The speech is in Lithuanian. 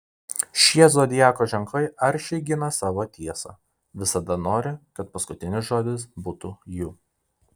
šie zodiako ženklai aršiai gina savo tiesą visada nori kad paskutinis žodis būtų jų